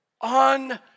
On